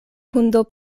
hundo